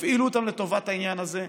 תפעילו אותם לטובת העניין הזה.